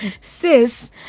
Sis